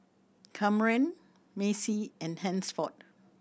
Camren Macy and Hansford